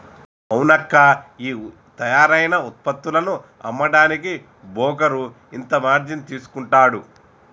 అవునక్కా ఈ తయారైన ఉత్పత్తులను అమ్మడానికి బోకరు ఇంత మార్జిన్ తీసుకుంటాడు